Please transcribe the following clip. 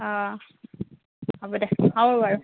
অঁ হ'ব দে হ'ব বাৰু